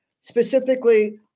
specifically